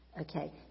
Okay